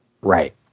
Right